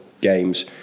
games